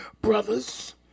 brothers